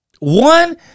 one